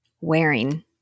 wearing